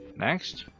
next.